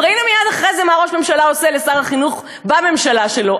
וראינו מייד אחרי זה מה ראש ממשלה עושה לשר החינוך בממשלה שלו.